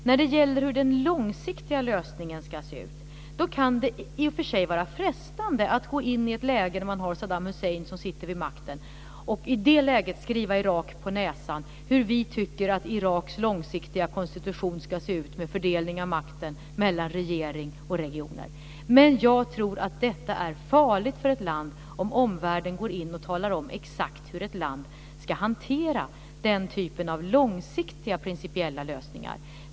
När det gäller hur den långsiktiga lösningen ska se ut kan det i och för sig vara frestande att gå in i ett läge där det är Saddam Hussein som sitter vid makten och skriva Irak på näsan hur vi tycker att Iraks långsiktiga konstitution ska se ut, med fördelning av makten mellan regering och regioner. Men, jag tror att det är farligt för ett land om omvärlden går in och talar om exakt hur ett land ska hantera den typen av långsiktiga principiella lösningar.